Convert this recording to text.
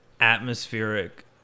atmospheric